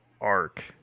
arc